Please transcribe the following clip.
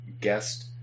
guest